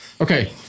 Okay